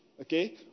Okay